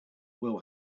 will